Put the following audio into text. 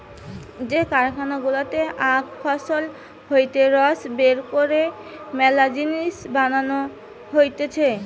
যে কারখানা গুলাতে আখ ফসল হইতে রস বের কইরে মেলা জিনিস বানানো হতিছে